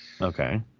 Okay